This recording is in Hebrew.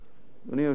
אדוני היושב-ראש,